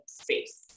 space